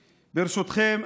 ברשותכם,